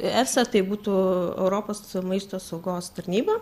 esa tai būtų europos maisto saugos tarnyba